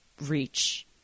reach